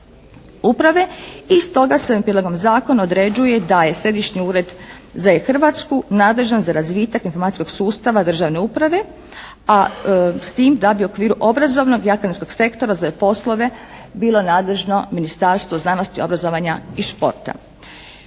uprave. I stoga se ovim prijedlogom zakona određuje da je Središnji ured za E. Hrvatsku nadležan za razvitak informacijskog sustava držane uprave. A s tim da bi u okviru obrazovnog i akademskog sektora za poslove bilo nadležno Ministarstvo znanosti, obrazovanja i športa.